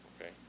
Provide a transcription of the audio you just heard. okay